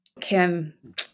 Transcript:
Kim